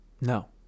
No